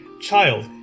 child